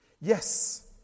Yes